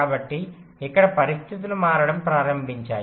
కాబట్టి ఇక్కడ పరిస్థితులు మారడం ప్రారంభించాయి